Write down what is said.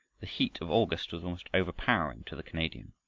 the heat of august was almost overpowering to the canadian.